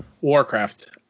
Warcraft